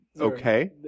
Okay